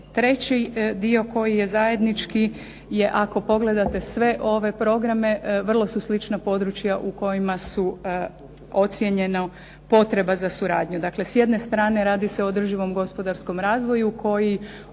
treći dio koji je zajednički je ako pogledate sve ove programe vrlo su slična područja u kojima je ocijenjena potreba za suradnju. Dakle, s jedne strane radi se o održivom gospodarskom razvoju koji ovisno